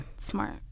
smart